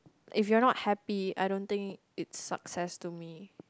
if you are not happy I don't think it's success to me